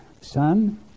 Son